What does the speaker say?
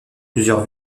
plusieurs